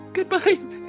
Goodbye